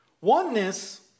Oneness